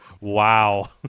wow